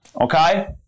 okay